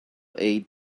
aid